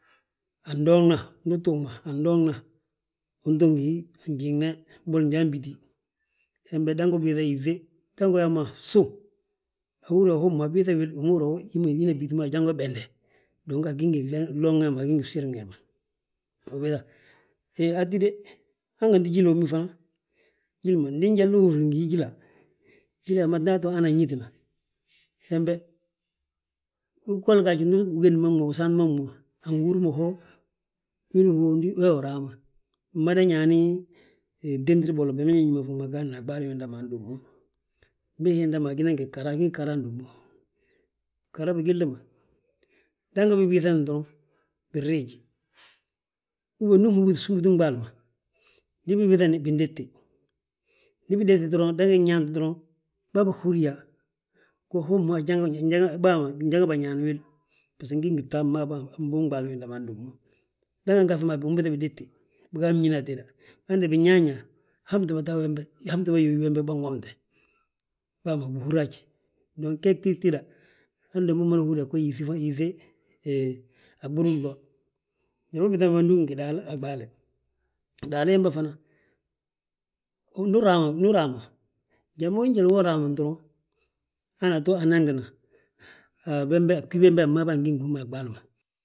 Andoŋna ndu utuug ma andoŋna, unto ngi hí anjiŋne, mbolo njan bíti, hembe dango ubiiŧa yíŧe, dango uyaa ma suw. Ahúri yaa hommu ho abiiŧa wil, wi ma húri yaa hina bíti ma ajanga wi besnde, dong agí ngi glo wee ma agí ngi bsirin wee ma; Ubiiŧa, he hatíde hanganti jíli wo mo faŋ, jíla ndi njali uhúri ngi hi jíla, jíli hembe nda ato hana añitina, hembe, gili gaaj ndu ugéd ma gmo usaant ma gmo. Angi húru mo wili uhondi wee wi raa ma, mmada ñaani bdémtir bolo bima ñí ma gaadni a ɓaale wiinda ma handommu. Mbii hiinda agí ngi ghara, agí ngi ghara handommu. Ghara bigilli ma, dango bibiiŧani doroŋ binriiji, uben ndi nhubuti bsúmbuutin ɓaali ma. Ndi bi biiŧani bindétte, ndi bidétti doroŋ dango inyaanti doroŋ, bà beg húri yaa, bàa ma njanga bà ñaani wil baso ngiti bta ma en buuŋ ɓaali wiinda ma handommu. Dango ngaŧi mo a bi, unbiiŧa bidétte, biga bñín a téda, hande binyaa yaa hamti bàa ta wembe, hamti bàa yuu wembe bânwomte. Bàa ma bihúri haj, dong ge gtidi gtida, handembe umada húri yaa go híŧe, hee aɓunu glo. Njali ma ubiiŧa bembe ndu ugí ngi daal a ɓaale; Daali hembe fana, ndu uraa ma njaloo njal wo raamani doroŋ hana ato anaŋdina, bembe, bgi bembe bmaabi angi ngi hú ma a ɓaali ma.